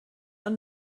ond